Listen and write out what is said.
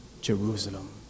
Jerusalem